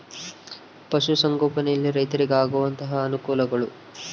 ಪಶುಸಂಗೋಪನೆಯಲ್ಲಿ ರೈತರಿಗೆ ಆಗುವಂತಹ ಅನುಕೂಲಗಳು?